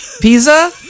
Pizza